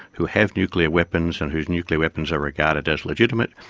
who have nuclear weapons and whose nuclear weapons are regarded as legitimate.